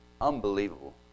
Unbelievable